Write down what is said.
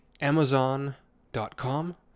Amazon.com